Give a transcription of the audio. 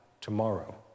tomorrow